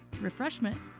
refreshment